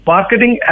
Marketing